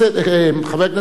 זחאלקה,